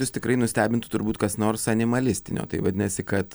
jus tikrai nustebintų turbūt kas nors animalistinio tai vadinasi kad